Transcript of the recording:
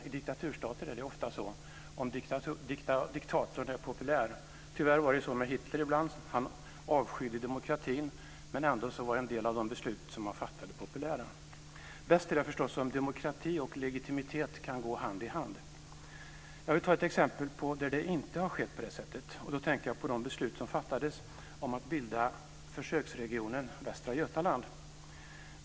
I diktaturstater är det ofta så, om diktatorn är populär. Tyvärr var det ibland så med Hitler. Han avskydde demokratin, men ändå var en del av de beslut som han fattade populära. Bäst är det förstås om demokrati och legitimitet kan gå hand i hand. Jag vill ge ett exempel där det inte har gått på det sättet. Jag tänker på de beslut som fattades om att bilda försöksregionen Västra Götaland.